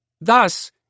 Thus